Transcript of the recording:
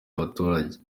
abaturage